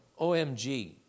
Omg